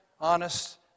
Honest